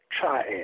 triad